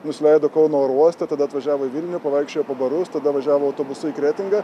nusileido kauno oro uoste tada atvažiavo į vilnių pavaikščiojo po barus tada važiavo autobusu į kretingą